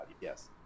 yes